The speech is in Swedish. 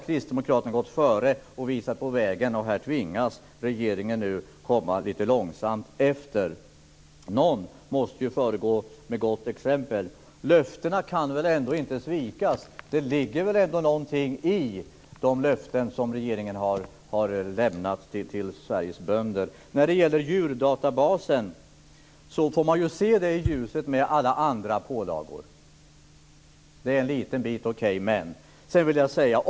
Kristdemokraterna har gått före och visat vägen, och regeringen tvingas nu komma lite långsamt efter. Någon måste ju föregå med gott exempel. Löftena kan väl ändå inte svikas? Det ligger väl ändå någonting i de löften som regeringen har lämnat till Sveriges bönder? När det gäller djurdatabasen får man se det i ljuset av alla andra pålagor. Det är visserligen en liten bit, men ändå.